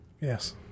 yes